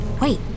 Wait